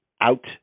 out